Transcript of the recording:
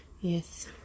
Yes